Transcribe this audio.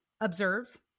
observe